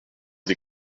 die